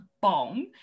bong